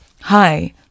Hi